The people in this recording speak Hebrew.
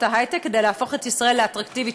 ההיי-טק כדי להפוך את ישראל לאטרקטיבית,